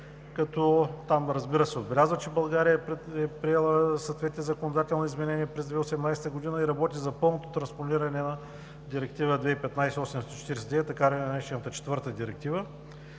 като там, разбира се, се отбелязва, че България е приела съответните законодателни изменения през 2018 г. и работи за пълното транспониране на Директива 2015/849, така наречената Четвърта директива.